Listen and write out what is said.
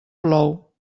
plou